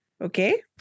Okay